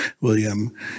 William